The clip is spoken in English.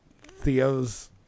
Theo's